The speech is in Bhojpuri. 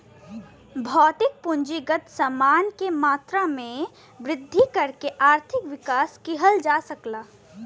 भौतिक पूंजीगत समान के मात्रा में वृद्धि करके आर्थिक विकास किहल जा सकला